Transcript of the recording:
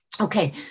Okay